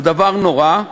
זה דבר נורא.